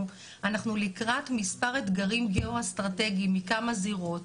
אנחנו לקראת מספר אתגרים גיאו-אסטרטגיים מכמה זירות.